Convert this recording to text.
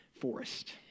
Forest